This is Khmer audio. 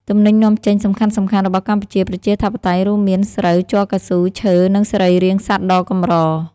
ទំនិញនាំចេញសំខាន់ៗ របស់កម្ពុជា ប្រជាធិបតេយ្យរួមមាន ស្រូវ ជ័រកៅស៊ូ ឈើ និងសរីររាង្គសត្វដ៏កម្រ ។